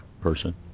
person